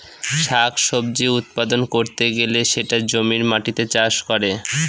শাক সবজি উৎপাদন করতে গেলে সেটা জমির মাটিতে চাষ করে